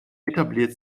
etabliert